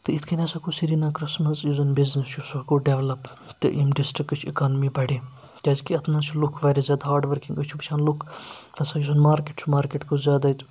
تہٕ یِتھ کٔنۍ ہَسا گوٚو سرینگرَس منٛز یُس زَن بِزنِس چھُ سُہ گوٚو ڈٮ۪ولَپ تہٕ ییٚمہِ ڈِسٹِرٛکٕچ اِکانمی بَڑے کیٛازِکہِ اَتھ منٛز چھُ لُکھ واریاہ زیادٕ ہاڈ ؤرکِنٛگ أسۍ چھِ وٕچھان لُکھ ہَسا یُس زَن مارکٮ۪ٹ چھُ مارکٮ۪ٹ گوٚو زیادٕ اَتہِ